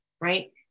right